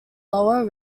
lower